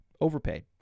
overpaid